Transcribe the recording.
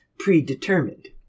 predetermined